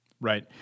Right